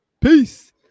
Peace